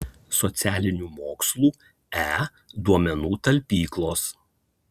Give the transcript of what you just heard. socialinių mokslų e duomenų talpyklos